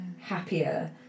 happier